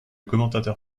commentateur